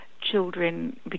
children